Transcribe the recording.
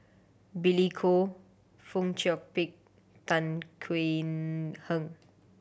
Billy Koh Fong Chong Pik Tan Khuan Heng